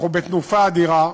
אנחנו בתנופה אדירה.